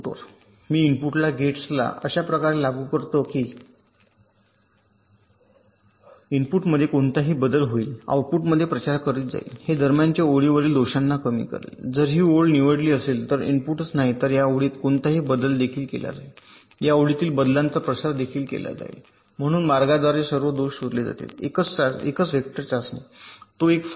म्हणून मी इनपुटला गेट्सला अशा प्रकारे लागू करतो की इनपुटमध्ये कोणताही बदल होईल आउटपुटमध्ये प्रचार करीत जाईल हे दरम्यानच्या ओळीवरील दोषांना कमी करेल जर ही ओळ निवडली असेल तर इनपुटच नाही तर या ओळीत कोणताही बदल देखील केला जाईल या ओळीतील बदलाचा प्रसार देखील केला जाईल म्हणून मार्गाद्वारे सर्व दोष शोधले जातील एकच चाचणी वेक्टर तो एक फायदा आहे